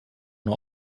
nur